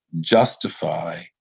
justify